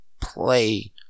play